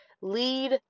lead